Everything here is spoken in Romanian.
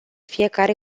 fiecare